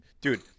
Dude